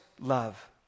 love